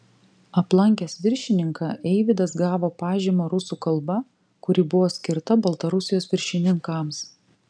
aplankęs viršininką eivydas gavo pažymą rusų kalba kuri buvo skirta baltarusijos viršininkams